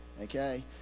okay